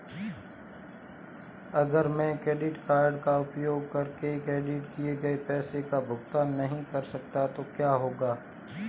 अगर मैं credit card का उपयोग करके क्रेडिट किए गए पैसे का भुगतान नहीं कर सकता तो क्या होगा?